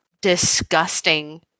disgusting